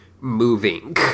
moving